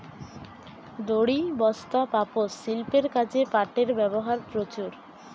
দড়ি, বস্তা, পাপোষ, শিল্পের কাজে পাটের ব্যবহার প্রচুর